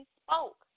spoke